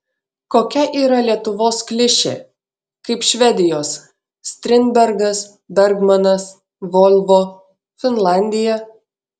kokia yra lietuvos klišė kaip švedijos strindbergas bergmanas volvo finlandija